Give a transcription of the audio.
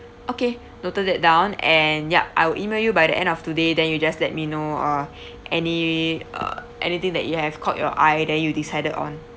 okay noted that down and ya I will email you by the end of today then you just let me know uh any err anything that you have caught your eye then you decided on